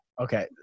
okay